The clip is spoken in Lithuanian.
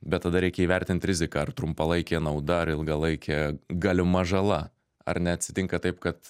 bet tada reikia įvertint riziką ar trumpalaikė nauda ar ilgalaikė galima žala ar neatsitinka taip kad